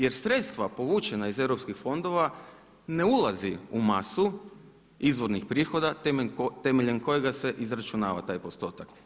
Jer sredstva povučena iz europskih fondova ne ulazi u masu izvornih prihoda temeljem kojega se izračunava taj postotak.